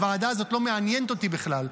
הוועדה הזאת לא מעניינת אותי בכלל,